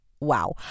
Wow